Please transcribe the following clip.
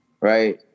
right